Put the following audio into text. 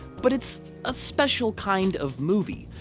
but it's a special kind of movie.